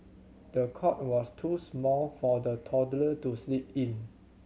the cot was too small for the toddler to sleep in